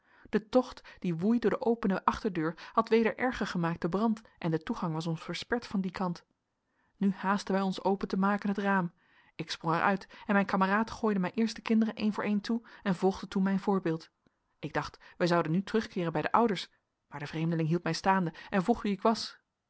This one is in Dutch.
de tocht die woei door de opene achterdeur had weder erger gemaakt den brand en de toegang was ons versperd van dien kant nu haastten wij ons open te maken het raam ik sprong er uit en mijn kameraad gooide mij eerst de kinderen één voor één toe en volgde toen mijn voorbeeld ik dacht wij zouden nu terugkeeren bij de ouders maar de vreemdeling hield mij staande en vroeg wie ik was